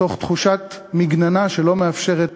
בתחושת מגננה שלא מאפשרת